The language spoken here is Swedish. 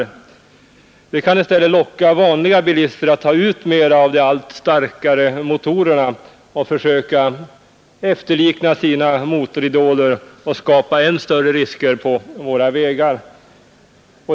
De kan, menar man, i stället locka vanliga bilister att ta ut mera av de allt starkare motorerna och försöka efterlikna sina motoridoler och därmed skapa än större risker på våra vägar.